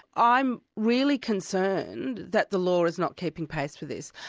i'm really concerned that the law is not keeping pace with this.